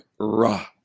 ra